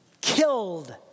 Killed